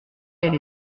elle